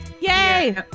Yay